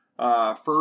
First